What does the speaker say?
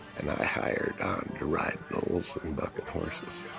and i hired on to ride bulls and bucking horses.